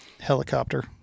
Helicopter